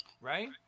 right